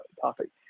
topic